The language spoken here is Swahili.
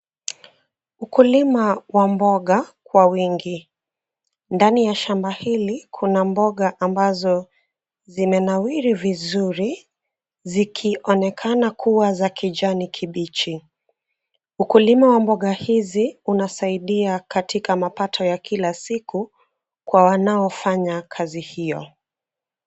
Ukulima wa mboga kwa wingi, ndani ya shamba hili kuna mboga ambazo zimenawiri vizuri zikionekana kuwa za kijani kibichi. Ukulima wa mboga hizi unasaidia katika mapato ya kila siku kwa wanaofanya kazi hiyo.